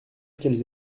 qu’elles